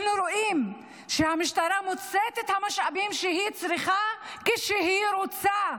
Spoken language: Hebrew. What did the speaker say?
אנחנו רואים שהמשטרה מוצאת את המשאבים שהיא צריכה כשהיא רוצה,